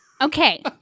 Okay